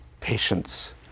patience